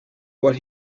what